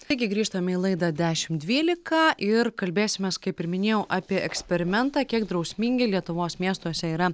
taigi grįžtame į laidą dešim dvylika ir kalbėsimės kaip ir minėjau apie eksperimentą kiek drausmingi lietuvos miestuose yra